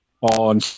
on